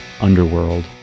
Underworld